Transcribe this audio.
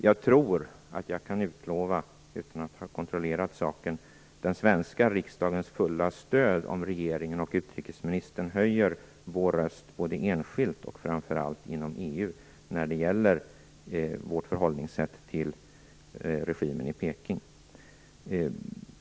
Jag tror att jag - utan att ha kontrollerat saken - kan utlova den svenska riksdagens fulla stöd om regeringen och utrikesministern höjer vår röst både enskilt och framför allt inom EU när det gäller vårt förhållningssätt till regimen i Peking.